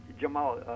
Jamal